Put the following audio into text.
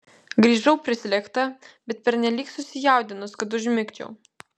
grįžau prislėgta bet pernelyg susijaudinus kad užmigčiau